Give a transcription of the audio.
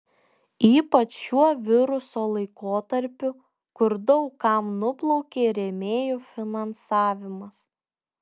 ypač šiuo viruso laikotarpiu kur daug kam nuplaukė rėmėjų finansavimas